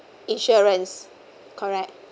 insurance correct